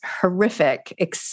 horrific